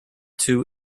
two